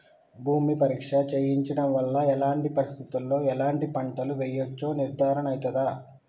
భూమి పరీక్ష చేయించడం వల్ల ఎలాంటి పరిస్థితిలో ఎలాంటి పంటలు వేయచ్చో నిర్ధారణ అయితదా?